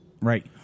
Right